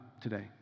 today